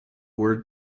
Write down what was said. word